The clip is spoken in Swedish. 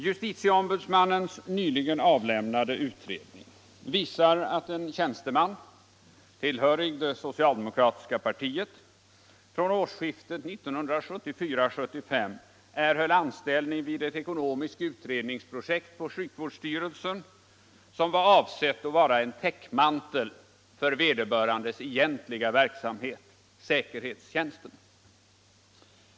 Justitieombudsmannens nyligen avlämnade utredning visar att en tjänsteman, tillhörig det socialdemokratiska partiet, från årsskiftet 1974-1975 erhöll anställning vid ett ekonomiskt utredningsprojekt på sjukvårdsstyrelsen som var avsett att vara en täckmantel för vederbörandes egentliga verksamhet: säkerhetstjänsten.